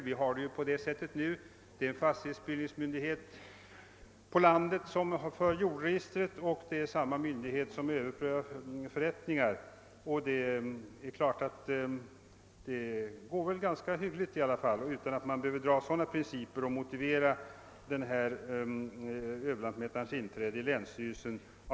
Vi har det ju på det sättet nu: det är en fastighetsbildningsmyndighet på landet som för jordregistret och det är en fastighetsbildningsmyndighet som överprövar förrättningar. Detta går ganska hyggligt, och man behöver inte av denna orsak ställa upp några särskilda principer och på det viset motivera överlantmätarens inträde i länsstyrelsen.